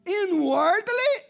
inwardly